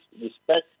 respect